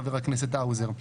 חבר הכנסת האוזר.